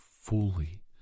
fully